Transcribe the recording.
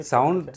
Sound